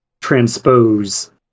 transpose